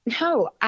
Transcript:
no